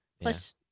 Plus